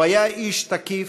הוא היה איש תקיף,